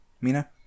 Mina